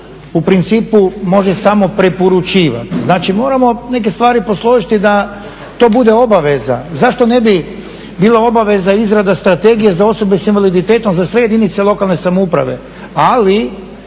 u principu može samo preporučivati, znači moramo neke stvari posložiti da to bude obaveza. Zašto ne bi bila obaveza izrada strategije za osobe s invaliditetom za sve jedinice lokalne samouprave. Ali